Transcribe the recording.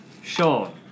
sean